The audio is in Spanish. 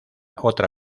otra